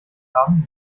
haben